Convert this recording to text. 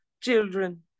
children